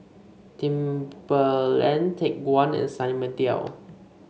Timberland Take One and Sunny Meadow